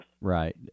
Right